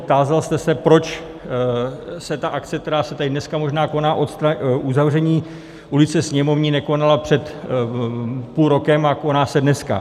Tázal jste se, proč se ta akce, která se tady dneska možná koná, uzavření ulice Sněmovní, nekonala před půl rokem, a koná se dneska.